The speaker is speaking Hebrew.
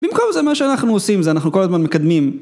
במקום זה מה שאנחנו עושים, זה, אנחנו כל הזמן מקדמים